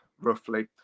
roughly